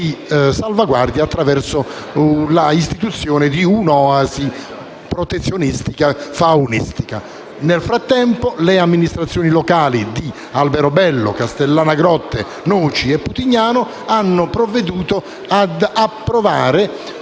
salvaguardia attraverso l’istituzione di un’oasi di protezione faunistica. Nel frattempo, le amministrazioni locali di Alberobello, Castellana Grotte, Noci e Putignano hanno provveduto ad individuare